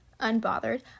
Unbothered